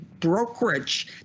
brokerage